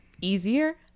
easier